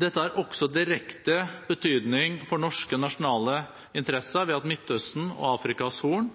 Dette har også direkte betydning for norske nasjonale interesser ved at Midtøsten og Afrikas Horn